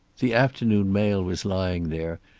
the afternoon mail was lying there,